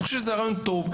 אני חושב שזה רעיון טוב,